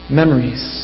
memories